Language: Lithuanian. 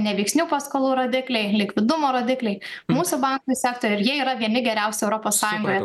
neveiksnių paskolų rodikliai likvidumo rodikliai mūsų bankų sektoriuj ir yra vieni geriausių europos sąjungoje